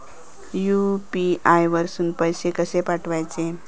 UPI वरसून पैसे कसे पाठवचे?